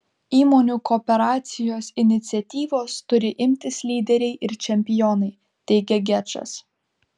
įmonių kooperacijos iniciatyvos turi imtis lyderiai ir čempionai teigia gečas